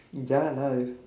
ya lah